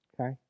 okay